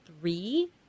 three